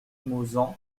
mauzan